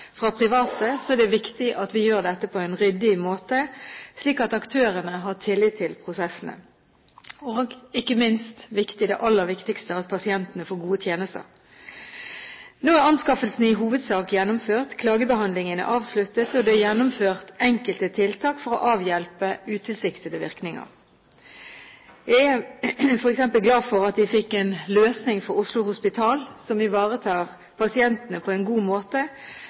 fra private, er det viktig at vi gjør dette på en ryddig måte, slik at aktørene har tillit til prosessene, og ikke minst – det aller viktigste – at pasientene får gode tjenester. Nå er anskaffelsene i hovedsak gjennomført, klagebehandlingen er avsluttet, og det er gjennomført enkelte tiltak for å avhjelpe utilsiktede virkninger. Jeg er glad for at vi fikk en løsning for Oslo Hospital som ivaretar pasientene på en god måte.